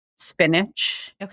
spinach